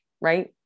right